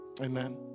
Amen